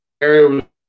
area